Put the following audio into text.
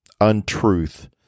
untruth